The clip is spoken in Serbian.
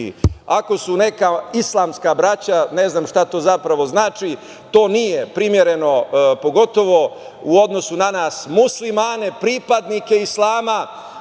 Ako su neka islamska braća, ne znam šta to zapravo znači, to nije primereno pogotovo u odnosu na nas muslimane, pripadnike islama